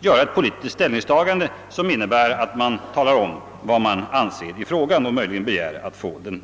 göra ett politiskt ställningstagande och begära att dessa klausuler skall omöjliggöras.